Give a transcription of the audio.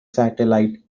satellite